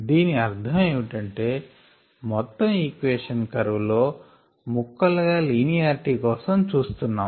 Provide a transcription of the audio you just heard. దీని అర్ధం ఏమటంటే మొత్తం ఈక్వేషన్ కర్వ్ లో ముక్కలుగా లీనియర్టీ కోసం చూస్తున్నాం